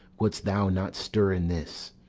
wouldst thou not stir in this.